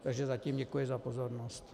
Takže zatím děkuji za pozornost.